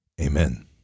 Amen